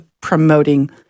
promoting